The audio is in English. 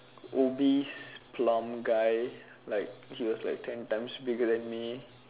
obese plump guy like he was ten times bigger than me